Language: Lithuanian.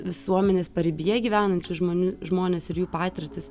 visuomenės paribyje gyvenančių žmonių žmones ir jų patirtis